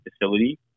facility